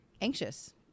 anxious